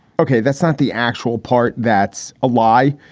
ok. that's not the actual part. that's a lie.